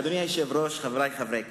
אדוני היושב-ראש, חברי חברי הכנסת,